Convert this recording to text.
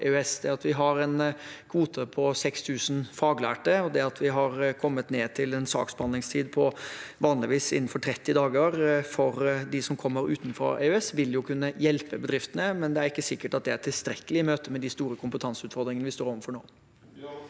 Det at vi har en kvote på 6 000 faglærte, og det at vi har kommet ned til en saksbehandlingstid på – vanligvis – innenfor 30 dager for dem som kommer utenfra EØS, vil jo kunne hjelpe bedriftene, men det er ikke sikkert at det er tilstrekkelig i møte med de store kompetanseutfordringene vi står overfor nå.